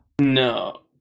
No